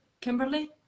Kimberly